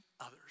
others